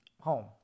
home